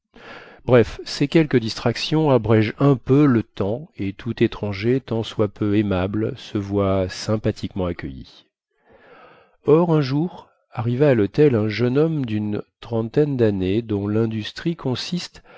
bref ces quelques distractions abrègent un peu le temps et tout étranger tant soit peu aimable se voit sympathiquement accueilli or un jour arriva à lhôtel un jeune homme dune trentaine dannées dont lindustrie consiste